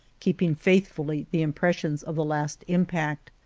keeping faithfully the impressions of the last impact.